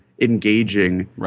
engaging